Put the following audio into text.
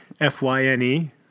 F-Y-N-E